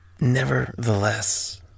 Nevertheless